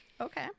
Okay